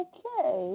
Okay